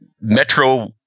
Metro